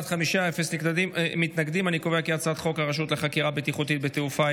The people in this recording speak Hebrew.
ההצעה להעביר את הצעת חוק הרשות לחקירה בטיחותית בתעופה,